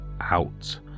out